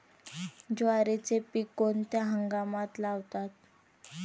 ज्वारीचे पीक कोणत्या हंगामात लावतात?